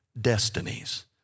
destinies